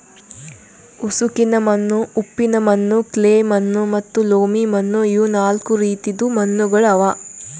ಉಸುಕಿನ ಮಣ್ಣು, ಉಪ್ಪಿನ ಮಣ್ಣು, ಕ್ಲೇ ಮಣ್ಣು ಮತ್ತ ಲೋಮಿ ಮಣ್ಣು ಇವು ನಾಲ್ಕು ರೀತಿದು ಮಣ್ಣುಗೊಳ್ ಅವಾ